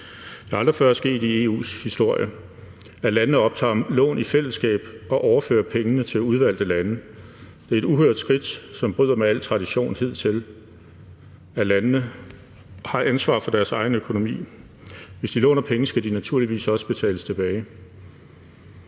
Det er aldrig før sket i EU's historie, at landene optager lån i fællesskab og overfører pengene til udvalgte lande. Det er et uhørt skridt, som bryder med al hidtidig tradition, for landene har ansvaret for deres egen økonomi. Hvis de låner penge, skal de naturligvis også betales tilbage.